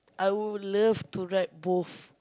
I would love to ride both